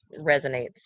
resonates